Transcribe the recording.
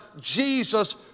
Jesus